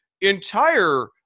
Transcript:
entire